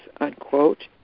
unquote